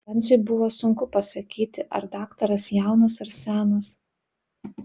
franciui buvo sunku pasakyti ar daktaras jaunas ar senas